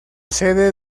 sede